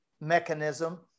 mechanism